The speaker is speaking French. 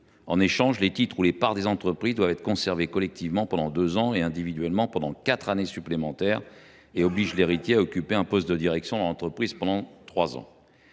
En échange, les titres ou les parts des entreprises doivent être conservés collectivement pendant deux ans et individuellement pendant quatre années supplémentaires. En outre, l’héritier est tenu d’occuper un poste de direction dans l’entreprise pendant trois ans.